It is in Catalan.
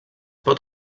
pot